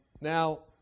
Now